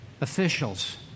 officials